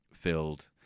filled